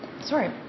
Sorry